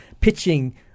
pitching